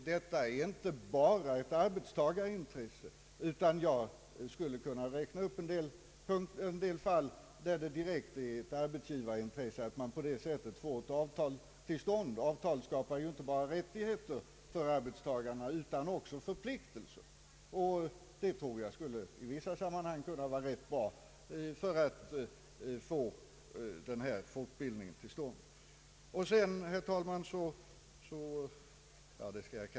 Det är inte bara ett arbetstagarintresse, utan jag skulle också kunna peka på fall där det är ett direkt arbetsgivarintresse att ett avtal kommer till stånd om detta. Ett avtal skapar ju inte bara rättigheter för arbetstagarna utan också förpliktelser. Det tror jag i vissa sammanhang skulle kunna vara ganska bra för att få till stånd den här fortbildningen.